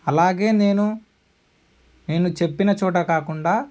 అలాగే నేను నేను చెప్పిన చోట కాకుండా